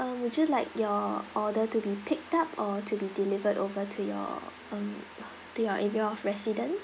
would you like your order to be picked up or to be delivered over to your um to your area of residence